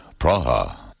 Praha